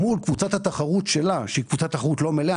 מול קבוצת התחרות שלה שהיא קבוצת תחרות לא מלאה